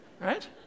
Right